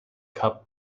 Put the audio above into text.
cup